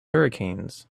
hurricanes